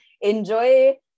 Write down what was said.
enjoy